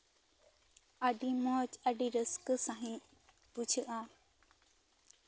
ᱟᱹᱰᱤ ᱢᱚᱡᱽ ᱟᱹᱰᱤ ᱨᱟᱹᱥᱠᱟᱹ ᱥᱟᱹᱦᱤᱡ ᱵᱩᱡᱷᱟᱹᱜᱼᱟ